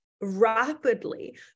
rapidly